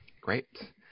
great